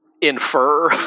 infer